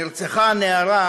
נרצחה הנערה